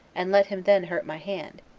and let him then hurt my hand,